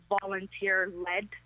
volunteer-led